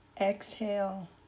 Exhale